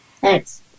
Thanks